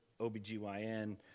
OBGYN